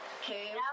Okay